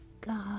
God